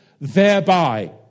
thereby